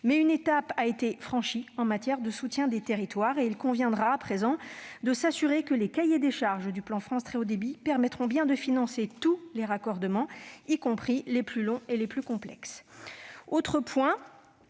! Une étape a donc été franchie, en ce qui concerne le soutien aux territoires. Il conviendra à présent de nous assurer que le cahier des charges du plan France Très haut débit permette de financer tous les raccordements, y compris les plus longs et les plus complexes.